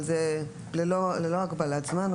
זה ללא הגבלת זמן?